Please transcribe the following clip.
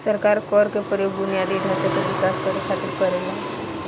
सरकार कर के प्रयोग बुनियादी ढांचा के विकास करे खातिर करेला